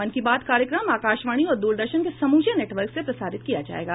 मन की बात कार्यक्रम आकाशवाणी और द्रदर्शन के समूचे नेटवर्क से प्रसारित किया जाएगा